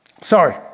sorry